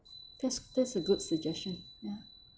that's that's a good suggestion mm